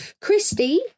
Christy